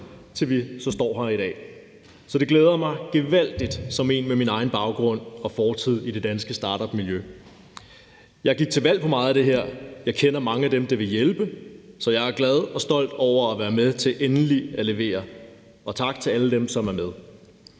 til vi så står her i dag, så som en med min egen baggrund og fortid i det danske startupmiljø glæder det mig gevaldigt. Jeg gik til valg på meget af det her. Jeg kender mange af dem, det vil hjælpe. Så jeg er glad og stolt over at være med til endelig at levere, og tak til alle dem, som er med.